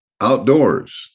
outdoors